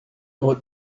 ought